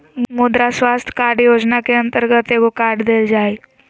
मुद्रा स्वास्थ कार्ड योजना के अंतर्गत एगो कार्ड देल जा हइ